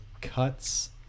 cuts